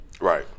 Right